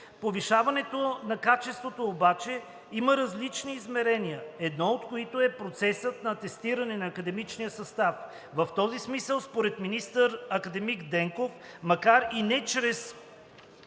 Повишаването на качеството обаче има различни измерения, едно от които е процесът на атестиране на академичния състав. В този смисъл според министър академик Денков, макар и не чрез